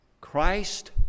Christ